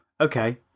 Okay